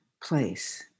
place